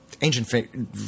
Ancient